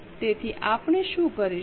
તેથી આપણે શું કરીશું